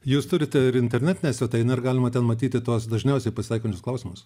jūs turite ir internetinę svetainę ir galima ten matyti tuos dažniausiai pasitaikančius klausimus